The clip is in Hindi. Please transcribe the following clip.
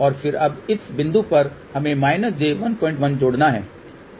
और फिर अब इस बिंदु पर हमें j11 जोड़ना है